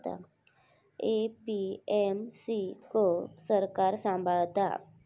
APMC क सरकार सांभाळता